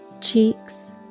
cheeks